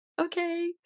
okay